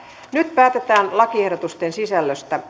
nyt päätetään lakiehdotusten sisällöstä